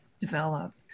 develop